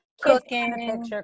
Cooking